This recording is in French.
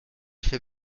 fait